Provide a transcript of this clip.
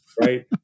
Right